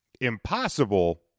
impossible